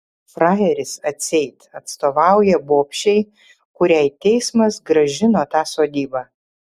frajeris atseit atstovauja bobšei kuriai teismas grąžino tą sodybą